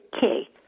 key